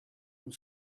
from